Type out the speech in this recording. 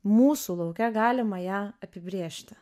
mūsų lauke galima ją apibrėžti